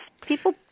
People